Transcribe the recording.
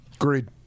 Agreed